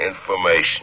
Information